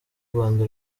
rwanda